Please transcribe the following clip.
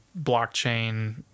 blockchain